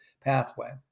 pathway